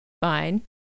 fine